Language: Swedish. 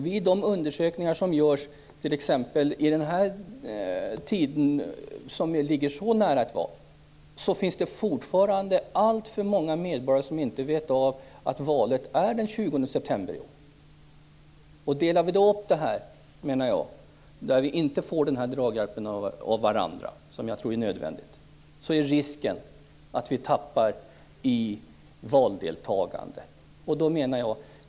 Vid de undersökningar som nu görs i en tid som ligger så nära valet visar det sig att det fortfarande finns alltför många medborgare som inte vet att valet äger rum den 20 september i år. Delar vi upp det hela så att vi inte har denna draghjälp, som jag tror är nödvändig, är risken att vi tappar i valdeltagande.